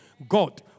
God